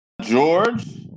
George